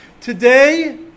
Today